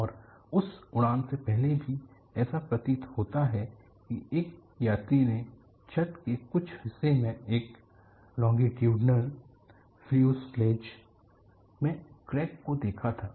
और उस उड़ान से पहले भी ऐसा प्रतीत होता है कि एक यात्री ने छत के कुछ हिस्से में एक लॉगिट्यूडनल फ्यूसलेज में क्रैक को देखा था